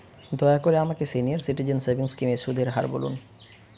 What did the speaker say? দয়া করে আমাকে সিনিয়র সিটিজেন সেভিংস স্কিমের সুদের হার বলুন